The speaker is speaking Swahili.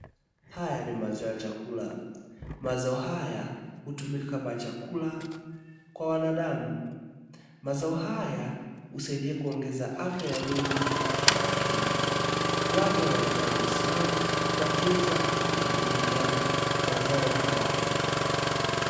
Haya ni mazao ya chakula, mazao haya hutumika kama chakula kwa binadamu, mazao haya husaidia kuongeza afya ya mwili na akili, watu wanaonekana wamesimama wakiuza na kununuliana mazao haya.